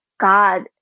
God